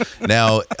Now